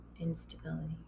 instability